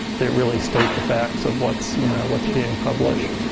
that really state the facts of what's you know what's being published.